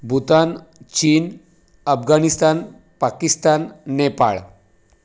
Bhutan China Afghanistan Pakistan Nepal